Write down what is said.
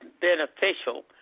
beneficial